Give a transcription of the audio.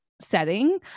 setting